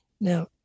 now